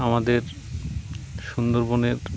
আমাদের সুন্দরবনের